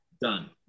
done